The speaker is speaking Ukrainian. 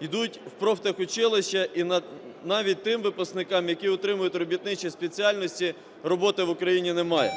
ідуть в профтехучилища, і навіть тим випускникам, які отримують робітничі спеціальності, роботи в Україні немає.